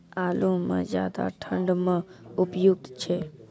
आलू म ज्यादा ठंड म उपयुक्त छै?